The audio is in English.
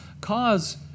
cause